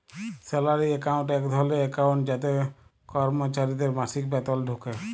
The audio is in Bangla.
স্যালারি একাউন্ট এক ধরলের একাউন্ট যাতে করমচারিদের মাসিক বেতল ঢুকে